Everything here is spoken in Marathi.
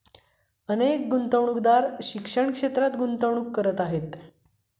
अनेक गुंतवणूकदार शिक्षण क्षेत्रात गुंतवणूक करत आहेत